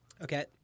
Okay